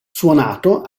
suonato